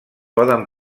poden